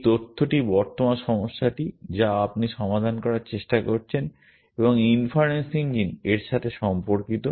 এই তথ্যটি বর্তমান সমস্যাটি যা আপনি সমাধান করার চেষ্টা করছেন এবং ইনফারেন্স ইঞ্জিন এর সাথে সম্পর্কিত